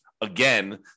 again